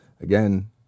again